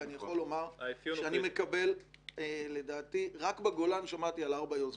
ואני יכול לומר שרק בגולן שמעתי על ארבע יוזמות.